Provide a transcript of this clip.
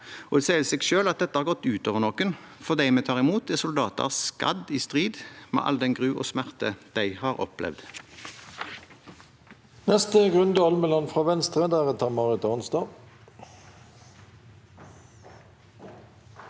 nå. Det sier seg selv at dette har gått ut over noen, for de vi tar imot, er soldater skadet i strid, med all den gru og smerte de har opplevd.